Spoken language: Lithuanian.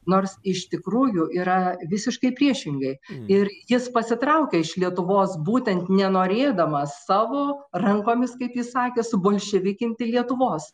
nors iš tikrųjų yra visiškai priešingai ir jis pasitraukė iš lietuvos būtent nenorėdamas savo rankomis kaip jis sakė subolševikinti lietuvos